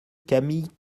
camille